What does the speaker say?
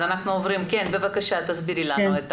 תסבירי לנו.